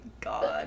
god